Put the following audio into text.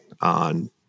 on